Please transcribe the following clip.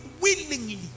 willingly